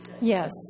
Yes